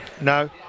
No